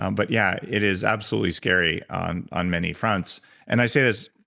um but yeah, it is absolutely scary on on many fronts and i say this,